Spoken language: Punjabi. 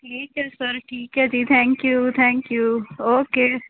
ਠੀਕ ਹੈ ਸਰ ਠੀਕ ਹੈ ਜੀ thank you thank you okay